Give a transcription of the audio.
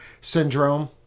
syndrome